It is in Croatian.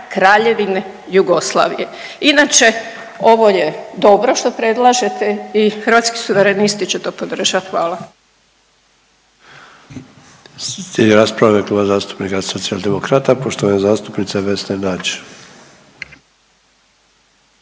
Kraljevine Jugoslavije. Inače ovo je dobro što predlažete i Hrvatski suverenisti će to podržati. Hvala.